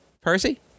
Percy